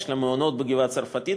יש לה מעונות בגבעה-הצרפתית,